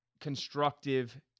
constructive